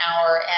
hour